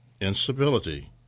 instability